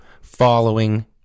following